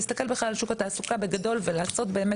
להסתכל בכלל על שוק התעסוקה בגדול ולעשות באמת